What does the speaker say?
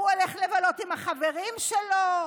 הוא הולך לבלות עם החברים שלו.